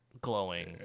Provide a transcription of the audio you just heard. glowing